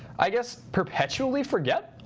i guess, perpetually forget